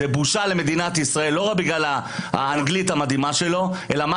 זאת בושה למדינת ישראל ולא רק בגלל האנגלית המדהימה שלו אלא בגלל